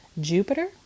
Jupiter